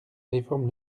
réforme